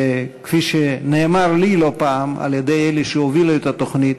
כפי שנאמר לי לא פעם על-ידי אלה שהובילו את התוכנית: